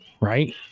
right